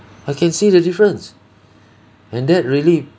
I can see the difference and that really